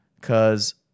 Cause